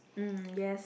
mm yes